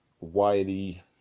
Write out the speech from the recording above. Wiley